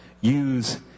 use